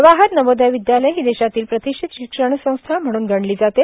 जवाहर नवोदय विदयालय ही देशातील प्रतिष्ठित शिक्षण संस्था म्हणून गणली जाते